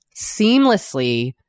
seamlessly